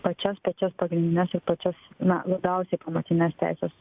pačias pačias pagrindines ir pačias na labiausiai pamatines teises